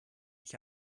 ich